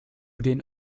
den